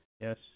Yes